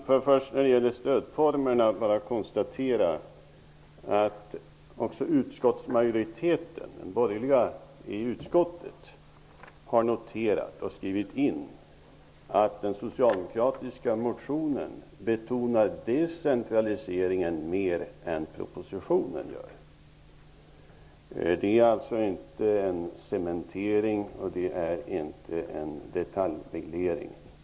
Fru talman! När det gäller stödformerna konstaterar jag bara att också utskottsmajoriteten har skrivit att den socialdemokratiska motionen betonar decentraliseringen mer än vad propositionen gör. Det är alltså inte en cementering. Det är inte en detaljreglering.